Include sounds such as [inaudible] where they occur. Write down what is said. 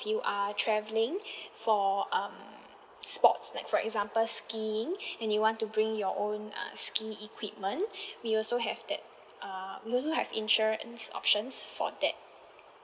you are travelling [breath] for um sports like for example skiing and you want to bring your own uh ski equipment [breath] we also have that uh we also have insurance options for that